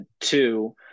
two